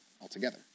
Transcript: altogether